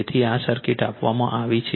તેથી આ સર્કિટ આપવામાં આવી છે